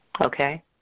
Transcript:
Okay